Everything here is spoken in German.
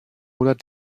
oder